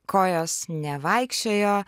kojos nevaikščiojo